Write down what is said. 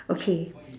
okay